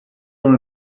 are